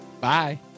Bye